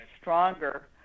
stronger